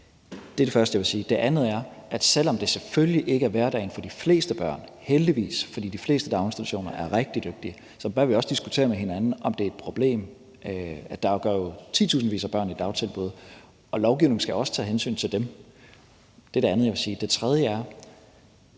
Det er det første, jeg vil sige. Det andet er, at selv om det selvfølgelig ikke er hverdagen for de fleste børn – heldigvis, for de fleste daginstitutioner er rigtig dygtige – bør vi også diskutere med hinanden, om det er et problem. Der går jo titusindvis af børn i dagtilbud, og lovgivningen skal også tage hensyn til dem. Det er det andet, jeg vil sige. Det tredje er,